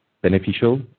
beneficial